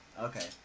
Okay